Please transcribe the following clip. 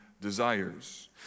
desires